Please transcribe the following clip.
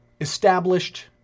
established